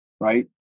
right